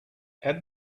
add